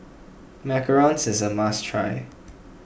Macarons is a must try